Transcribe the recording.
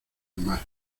mar